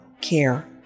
care